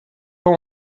pas